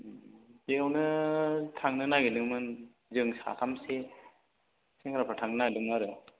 बेवनो थांनो नागिरदोंमोन जों साथामसो सेंग्राफोरा थांनो नागिरदोंमोन आरो